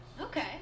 Okay